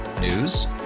News